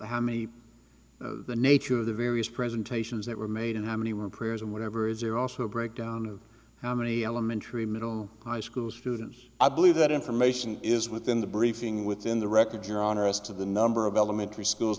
how many the nature of the various presentations that were made and how many were prayers and whatever is there also a breakdown of how many elementary middle high school students i believe that information is within the briefing within the record your honor as to the number of elementary schools